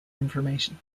information